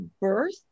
birth